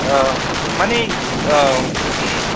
मानि औ